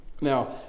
Now